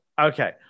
Okay